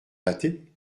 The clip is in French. pâté